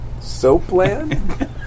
Soapland